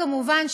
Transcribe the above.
כמובן,